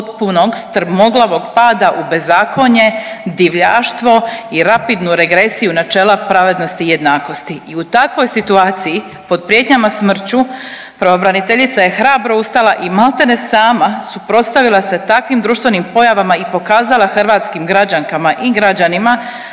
od potpunog strmoglavog pada u bezakonje, divljaštvo i rapidnu regresiju načela pravednosti i jednakosti i u takvoj situaciji pod prijetnjama smrću pravobraniteljica je hrabro ustala i malte ne sama suprotstavila se takvim društvenim pojavama i pokazala hrvatskim građankama i građanima